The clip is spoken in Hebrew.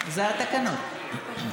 זה התקנון.